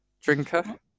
drinker